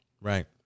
Right